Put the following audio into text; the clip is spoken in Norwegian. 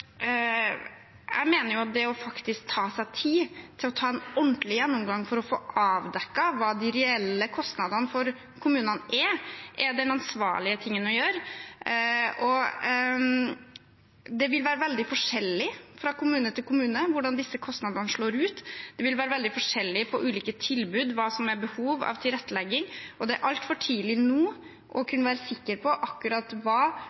Jeg mener at det å faktisk ta seg tid til en ordentlig gjennomgang for å få avdekket hva de reelle kostnadene for kommunene er, er det ansvarlige å gjøre. Det vil være veldig forskjellig fra kommune til kommune hvordan disse kostnadene slår ut. Det vil være veldig forskjellig på ulike tilbud hva behovet for tilrettelegging er, og det er altfor tidlig nå å kunne være sikre på akkurat hva